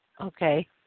okay